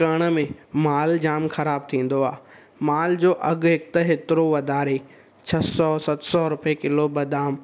करण में माल जाम ख़राबु थींदो आहे माल जो अघु हिकु त हेतिरो वधारे छह सौ सत सौ रुपये किलो बदाम